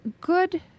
good